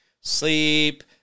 sleep